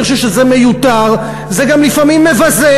אני חושב שזה מיותר, זה גם לפעמים מבזה,